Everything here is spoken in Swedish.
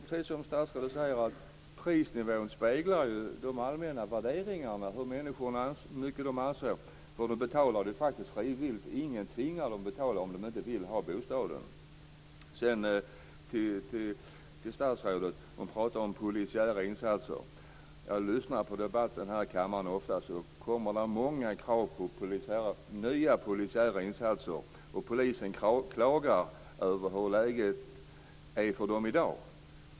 Prisnivån speglar de allmänna värderingarna. Människor betalar faktiskt frivilligt. Ingen tvingar dem att betala om de inte vill ha bostaden. Statsrådet pratar om polisiära insatser. Jag brukar lyssna på debatterna i kammaren. Ofta kommer många krav på nya polisiära insatser. Polisen klagar på hur läget är för dem i dag.